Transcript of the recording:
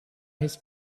his